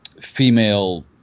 female